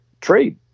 trade